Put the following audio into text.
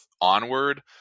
onward